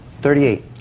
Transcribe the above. Thirty-eight